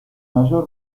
mayor